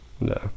No